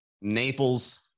Naples